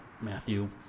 Matthew